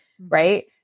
Right